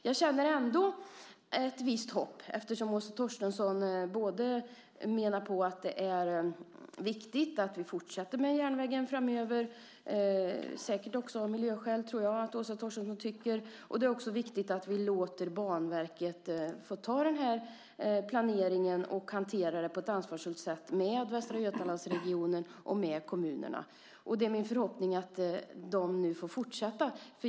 Jag känner ändå ett visst hopp eftersom Åsa Torstensson menar att det är viktigt både att vi fortsätter med järnvägen framöver - säkert också av miljöskäl, tror jag - och att vi låter Banverket ta denna planering och hantera den på ett ansvarsfullt sätt tillsammans med Västra Götalandsregionen och kommunerna. Det är min förhoppning att de nu får fortsätta.